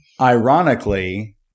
Ironically